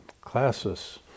classes